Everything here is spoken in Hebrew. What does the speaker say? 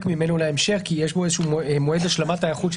ממנו להמשך כי יש פה מועד השלמת היערכות,